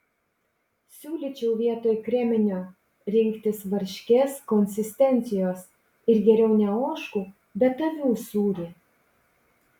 siūlyčiau vietoj kreminio rinktis varškės konsistencijos ir geriau ne ožkų bet avių sūrį